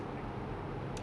oh my god